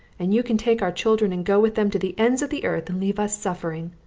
and you can take our children and go with them to the ends of the earth and leave us suffering.